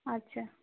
আচ্ছা